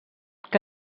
que